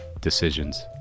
decisions